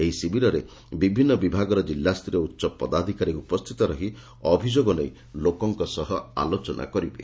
ଏହି ଶିବିରରେ ବିଭିନ୍ ବିଭାଗର ଜିଲ୍ଲାସ୍ତରୀୟ ଉଚ ପଦାଧକାରୀ ଉପସ୍ଥିତ ରହି ଅଭିଯୋଗ ନେଇ ଲୋକଙ୍କ ସହ ଆଲୋଚନା କରିବେ